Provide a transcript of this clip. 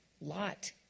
lot